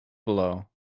below